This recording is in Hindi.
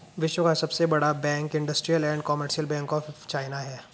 विश्व का सबसे बड़ा bank industrial and commercial bank of China है